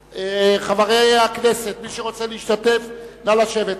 חברי הכנסת, מי שרוצה להשתתף, נא לשבת.